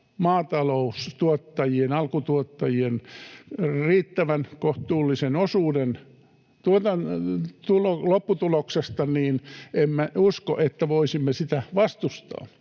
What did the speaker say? maataloustuottajien, alkutuottajien riittävän kohtuullisen osuuden lopputuloksesta, niin emme usko, että voisimme sitä vastustaa.